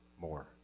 more